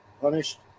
punished